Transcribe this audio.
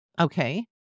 Okay